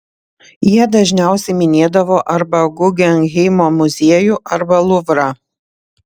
jie dažniausiai minėdavo arba guggenheimo muziejų arba luvrą